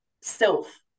self